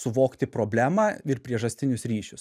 suvokti problemą ir priežastinius ryšius